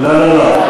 לא.